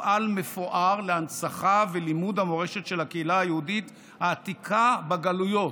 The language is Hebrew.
מפעל מפואר להנצחה ולימוד המורשת של הקהילה היהודית העתיקה בגלויות,